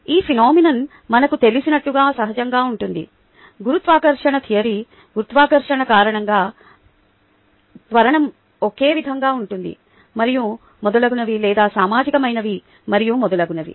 ఈ ఫినోమీనోన్ మనకు తెలిసినట్లుగా సహజంగా ఉంటుంది గురుత్వాకర్షణ థియరీ గురుత్వాకర్షణ కారణంగా త్వరణం ఒకే విధంగా ఉంటుంది మరియు మొదలగునవి లేదా సామాజికమైనవి మరియు మొదలగునవి